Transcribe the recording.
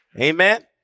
Amen